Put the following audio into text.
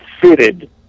fitted